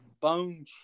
bone